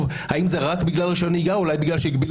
האם זה רק בגלל רישיון הנהיגה או אולי בגלל שהגבילו